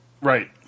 right